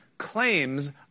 claims